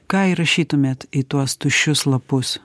ką įrašytumėt į tuos tuščius lapus